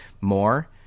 more